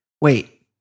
Wait